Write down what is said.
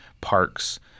parks